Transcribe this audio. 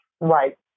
Right